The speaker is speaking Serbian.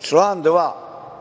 član 2: